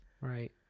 Right